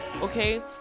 okay